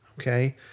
okay